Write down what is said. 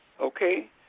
okay